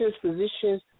physicians